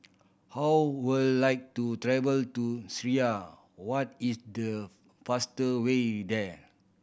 How would like to travel to Syria what is the faster way there